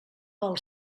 pel